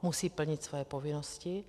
Musí plnit své povinnosti.